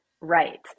right